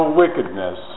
wickedness